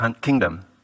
kingdom